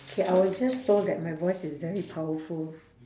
K I was just told that my voice is very powerful